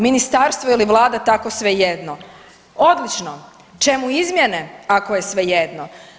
Ministarstvo ili Vlada tako svejedno, odlično, čemu izmjene ako je svejedno?